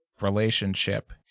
relationship